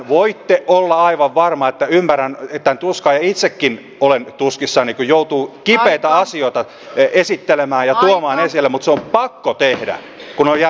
voitte olla aivan varma että ymmärrän tämän tuskan ja itsekin olen tuskissani kun joutuu kipeitä asioita esittelemään ja tuomaan esille mutta se on pakko tehdä kun on jäänyt tekemättä